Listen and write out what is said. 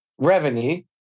revenue